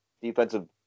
defensive